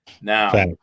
Now